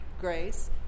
grace